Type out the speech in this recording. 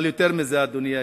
אבל יותר מזה, אדוני היושב-ראש.